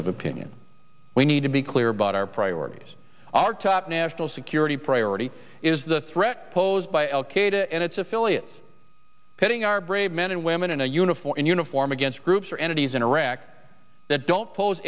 of opinion we need to be clear about our priorities our top national security priority is the threat posed by al qaeda and its affiliates putting our brave men and women in a uniform in uniform against groups or entities in iraq that don't pos